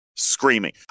screaming